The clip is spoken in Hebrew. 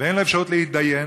אין לו אפשרות להתדיין,